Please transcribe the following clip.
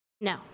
No